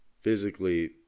physically